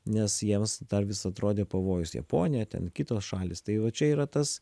nes jiems dar vis atrodė pavojus japonija ten kitos šalys tai va čia yra tas